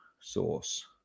source